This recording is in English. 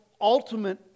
ultimate